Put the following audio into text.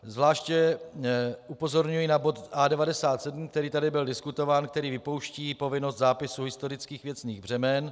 Zvláště upozorňuji na bod A97, který tu byl diskutován, který vypouští povinnost zápisu historických věcných břemen.